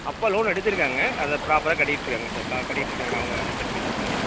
அப்பா லோன் எடுத்திருக்காங்க அதை ப்ராப்பராக கட்டிக்கிட்டுருக்காங்க சார் கட்டிக்கிட்டுருக்காங்க அவங்க செக்மெண்ட்டில் தனியாக